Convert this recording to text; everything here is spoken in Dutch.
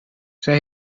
zij